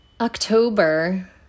October